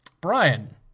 Brian